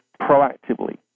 proactively